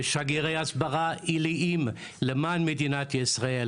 ושגרירי הסברה עיליים למען מדינת ישראל,